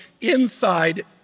inside